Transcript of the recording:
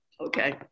Okay